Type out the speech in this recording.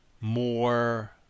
more –